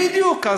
בדיוק.